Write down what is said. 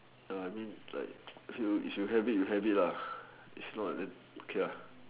I mean like if you have you have it if not okay